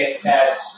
catch